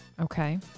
Okay